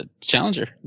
challenger